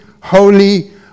holy